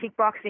kickboxing